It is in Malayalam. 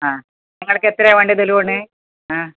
ആ നിങ്ങൾക്ക് എത്രയാണ് വേണ്ടത് ലോൺ ആ